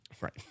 Right